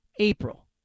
April